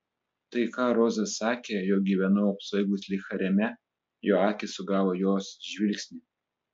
tai ką roza sakė jog gyvenau apsvaigusi lyg hareme jo akys sugavo jos žvilgsnį